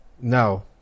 No